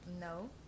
No